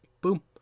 Boom